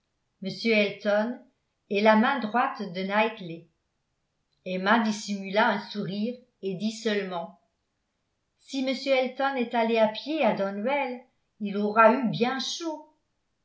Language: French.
m elton est la main droite de knightley emma dissimula un sourire et dit seulement si m elton est allé à pied à donwell il aura eu bien chaud